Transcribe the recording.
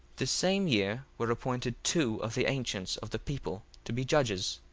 the same year were appointed two of the ancients of the people to be judges,